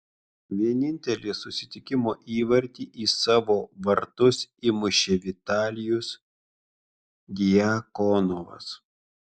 vienintelį susitikimo įvartį į savo vartus įmušė vitalijus djakonovas